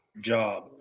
job